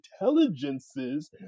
intelligences